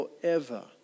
forever